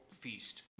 feast